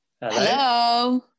Hello